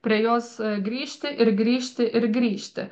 prie jos grįžti ir grįžti ir grįžti